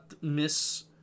Miss